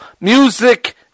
music